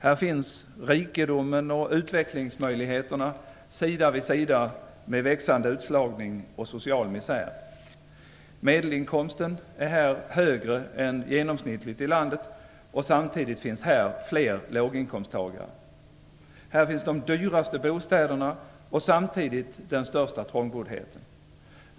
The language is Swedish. Här finns rikedomen och utvecklingsmöjligheterna sida vid sida med växande utslagning och social misär. Medelinkomsten är här högre än genomsnittligt i landet, och samtidigt finns här fler låginkomsttagare. Här finns de dyraste bostäderna och samtidigt den största trångboddheten.